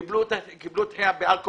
הם קיבלו דחייה בעל כורחנו,